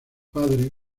padre